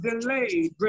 delayed